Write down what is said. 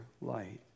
light